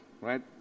right